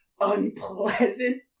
unpleasant